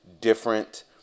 different